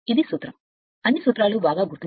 ఇది చిన్న సూత్రం అన్ని చేతివేళ్ల మీద ఉండాలి